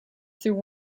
through